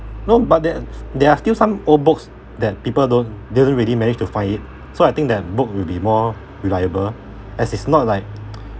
no but there there are still some old books that people don't really manage to find it so I think that book will be more reliable as it's not like